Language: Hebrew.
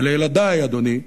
ואת ילדי, אדוני,